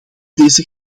deze